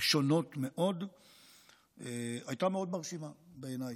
שונות מאוד הייתה מאוד מרשימה בעיניי.